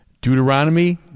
Deuteronomy